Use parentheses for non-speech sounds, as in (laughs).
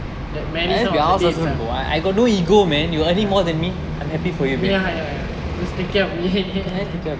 that marry her on the day itself ya ya ya ya just take care of me (laughs)